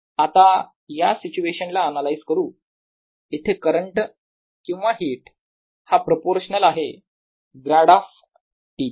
आता या सिच्युएशनला अनालाइज करू इथे करंट किंवा हिट हा प्रपोर्शनाल आहे ग्रॅड ऑफ T च्या